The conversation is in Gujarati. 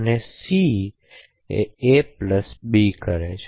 અને સી એ બી કરે છે